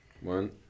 One